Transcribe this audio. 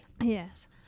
Yes